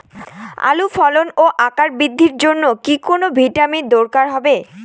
আলুর ফলন ও আকার বৃদ্ধির জন্য কি কোনো ভিটামিন দরকার হবে?